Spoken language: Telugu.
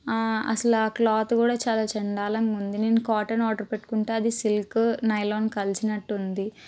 అసలు ఆ క్లాత్ కూడా చాలా చెండ్డాలంగుంది నేను కాటన్ ఆర్డర్ పెట్టుకుంటే అది సిల్కు నైలాన్ కలిసినట్టుంది